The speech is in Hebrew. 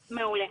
מעולה.